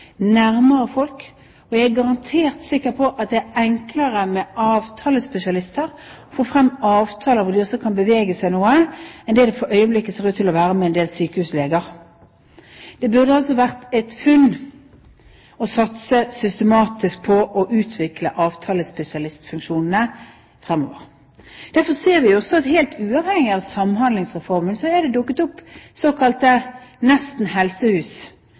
nærmere folk. Og jeg er garantert sikker på at det er enklere å få frem avtaler med avtalespesialister, hvor de også kan bevege seg noe, enn det det for øyeblikket ser ut til å være med en del sykehusleger. Det burde altså være et funn å satse systematisk på å utvikle avtalespesialistfunksjonene fremover. Vi ser, helt uavhengig av Samhandlingsreformen, at det er dukket opp såkalte